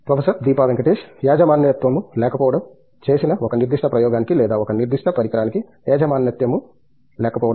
professor Deepa Venkatesh యజమానత్వము లేకపోవడం చేసిన ఒక నిర్దిష్ట ప్రయోగానికి లేదా ఒక నిర్దిష్ట పరికరానికి యజమానత్వము లేకపోవడం